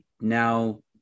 now